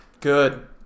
Good